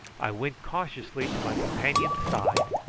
i went cautiously to my companion's side,